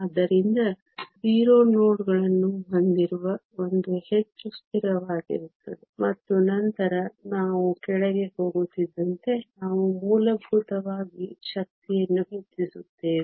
ಆದ್ದರಿಂದ 0 ನೋಡ್ ಗಳನ್ನು ಹೊಂದಿರುವ ಒಂದು ಹೆಚ್ಚು ಸ್ಥಿರವಾಗಿರುತ್ತದೆ ಮತ್ತು ನಂತರ ನಾವು ಕೆಳಗೆ ಹೋಗುತ್ತಿದ್ದಂತೆ ನಾವು ಮೂಲಭೂತವಾಗಿ ಶಕ್ತಿಯನ್ನು ಹೆಚ್ಚಿಸುತ್ತೇವೆ